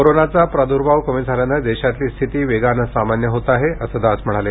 कोरोनाचा प्राद्र्भाव कमी झाल्यान देशातील स्थिती वेगाने सामान्य होत आहे असं दास म्हणाले